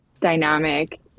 dynamic